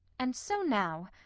and so now,